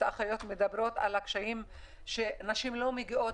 האחיות מדברות על הקשיים ועל כך שנשים לא מגיעות